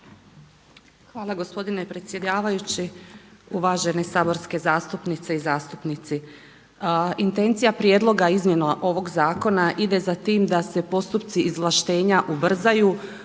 Hvala gospodine predsjedavajući. Uvaženi saborske zastupnice i zastupnici. Intencija prijedloga izmjena ovog zakona ide za tim da se postupci izvlaštenja ubrzaju